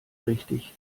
richtig